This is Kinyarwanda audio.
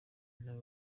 nawe